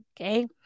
Okay